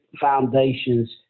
foundations